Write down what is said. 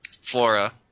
flora